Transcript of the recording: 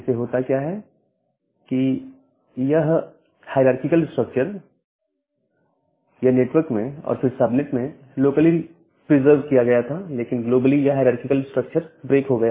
इससे होता क्या है कि यह है हायररारकिकल स्ट्रक्चर यह नेटवर्क में और फिर सबनेट में लोकली प्रिजर्व किया गया था लेकिन ग्लोबली यह हायररारकिकल स्ट्रक्चर ब्रेक हो गया